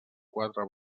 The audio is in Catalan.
quatre